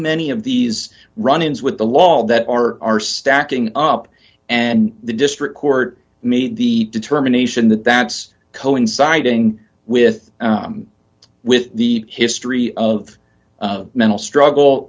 many of these run ins with the law that are are stacking up and the district court made the determination that that's coinciding with with the history of mental struggle